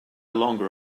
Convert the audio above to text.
longer